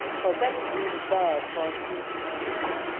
so that is really bad for our seafood industry.